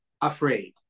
afraid